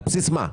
על בסיס מה?